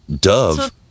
Dove